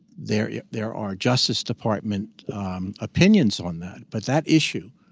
there yeah there are justice department opinions on that. but that issue,